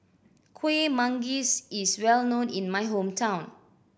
Kueh Manggis is well known in my hometown